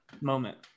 moment